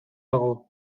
dago